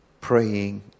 Praying